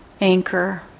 anchor